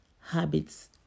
habits